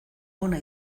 ona